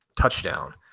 touchdown